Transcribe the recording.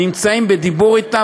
נמצאים בדיבור אתם,